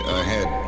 ahead